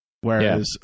Whereas